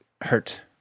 hurt